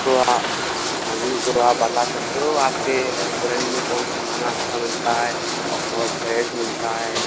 तो आप हाँ जी तो आप बता सकते हो आपके रेस्टोरेंट में कौन सा खाना अच्छा मिलता है और फ्रेश मिलता है